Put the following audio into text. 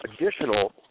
additional